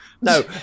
No